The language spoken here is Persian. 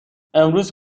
امروز